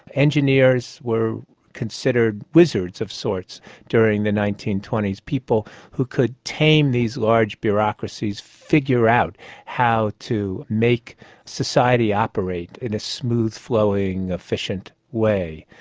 engineers were considered wizards of sorts during the nineteen twenty s, people who could tame these large bureaucracies, figure out how to make society operate in a smooth-flowing, efficient way.